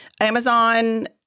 Amazon